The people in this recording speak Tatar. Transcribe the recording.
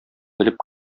белеп